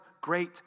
great